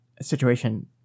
situation